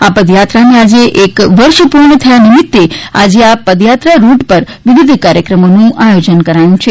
આ પદયાત્રાને આજે એક વર્ષ પૂર્ણ થયા નિમિત્તે આજે આ પદયાત્રા રૂટ પર વિવિધ કાર્યક્રમોનું આયોજન કરાયું છે